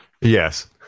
Yes